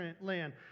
land